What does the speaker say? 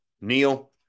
Neil